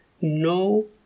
no